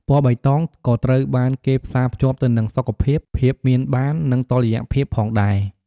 ពណ៌បៃតងក៏ត្រូវបានគេផ្សារភ្ជាប់ទៅនឹងសុខភាព ភាពមានបាន និងតុល្យភាពផងដែរ។